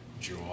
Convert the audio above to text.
joy